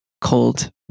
cold